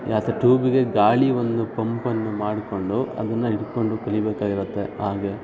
ಯಾತ ಟ್ಯೂಬಿಗೆ ಗಾಳಿ ಒಂದು ಪಂಪನ್ನು ಮಾಡಿಕೊಂಡು ಅದನ್ನ ಹಿಡ್ಕೊಂಡು ಕಲಿಬೇಕಾಗಿರುತ್ತೆ ಹಾಗೆ